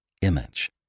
image